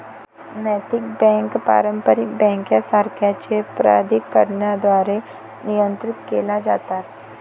नैतिक बँका पारंपारिक बँकांसारख्याच प्राधिकरणांद्वारे नियंत्रित केल्या जातात